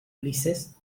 ulises